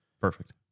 perfect